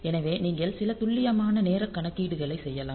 எனவே நீங்கள் சில துல்லியமான நேர கணக்கீடுகளை செய்யலாம்